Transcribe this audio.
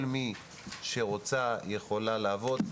כל מי שרוצה יכולה לעבוד.